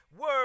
word